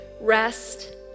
rest